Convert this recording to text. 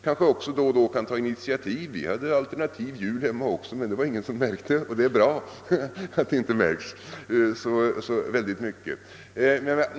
Kanske tas också då och då ett initiativ i detta sammanhang —— vi hade alternativ jul hos oss också, men ingen märkte det, och det var bra att det inte märktes.